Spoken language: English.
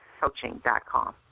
coaching.com